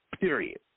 Period